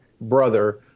brother